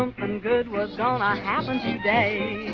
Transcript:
um and good was ah gonna happen today